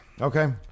Okay